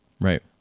right